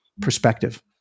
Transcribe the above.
perspective